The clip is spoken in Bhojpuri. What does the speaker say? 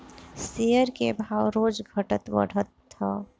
शेयर के भाव रोज घटत बढ़त हअ